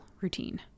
routine